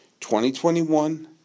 2021